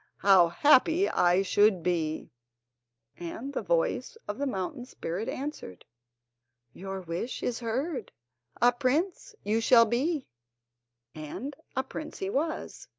how happy i should be and the voice of the mountain spirit answered your wish is heard a prince you shall be and a prince he was.